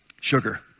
sugar